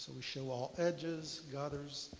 so we show all edges, gathers,